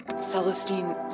Celestine